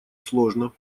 сложно